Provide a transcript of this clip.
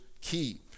key